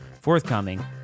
forthcoming